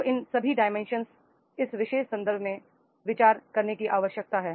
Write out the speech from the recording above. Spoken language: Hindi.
तो इन सभी डाइमेंशन इस विशेष संदर्भ में विचार करने की आवश्यकता है